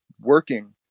working